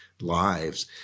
lives